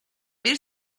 bir